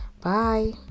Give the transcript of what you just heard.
Bye